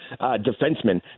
defensemen